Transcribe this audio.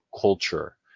culture